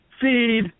Feed